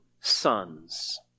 sons